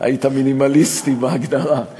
היית מינימליסטי בהגדרה.